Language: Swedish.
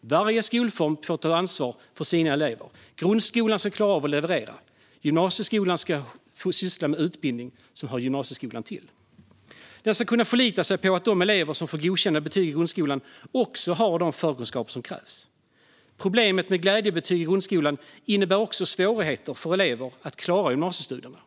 Varje skolform får ta ansvar för sina elever. Grundskolan ska klara av att leverera. Gymnasieskolan ska syssla med utbildning som hör gymnasieskolan till. Den ska kunna förlita sig på att de elever som får godkända betyg i grundskolan också har de förkunskaper som krävs. Problemet med glädjebetyg i grundskolan innebär också svårigheter för elever att klara gymnasiestudierna.